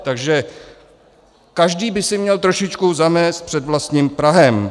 Takže každý by si měl trošičku zamést před vlastním prahem.